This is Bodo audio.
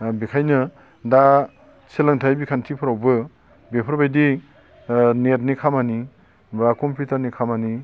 ओ बेखायनो दा सोलोंथाय बिखान्थिफोरावबो बेफोरबायदि ओ नेटनि खामानि बा कम्पिउटारनि खामानि